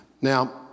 Now